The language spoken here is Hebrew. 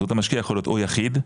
זהות המשקיע יכול להיות או יחיד,